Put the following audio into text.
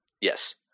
Yes